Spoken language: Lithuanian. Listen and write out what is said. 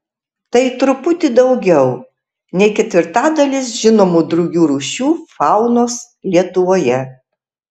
tai truputį daugiau nei ketvirtadalis žinomų drugių rūšių faunos lietuvoje